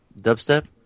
dubstep